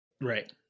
right